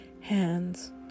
hands